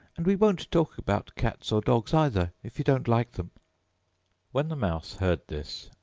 and we won't talk about cats or dogs either, if you don't like them when the mouse heard this,